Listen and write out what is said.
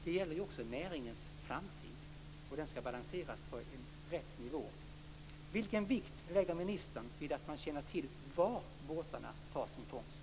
Det gäller också näringens framtid som skall balanseras på rätt nivå. Vilken vikt lägger ministern vid att man känner till var båtarna tar sin fångst?